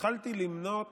התחלתי למנות